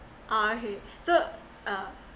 oh okay so uh